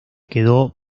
quedó